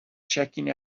checking